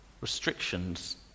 restrictions